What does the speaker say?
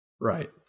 Right